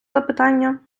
запитання